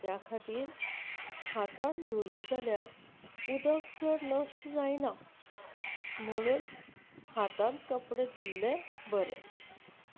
त्या खातीर हातांत धुले जाल्यार उदक चड नश्ट जायना म्हणून हातांत कपडे धुल्ले बरे